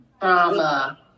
trauma